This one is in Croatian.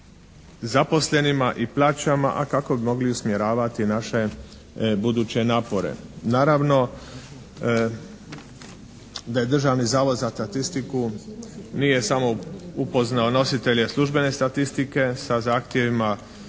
zaposlenima i plaćama, a kako bi mogli usmjeravati naše buduće napore. Naravno da je Državni zavod za statistiku nije samo upoznao nositelje službene statistike sa zahtjevima